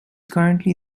currently